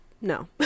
No